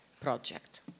project